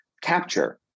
capture